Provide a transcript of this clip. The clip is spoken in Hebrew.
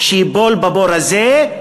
ייפול בבור הזה.